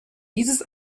dieses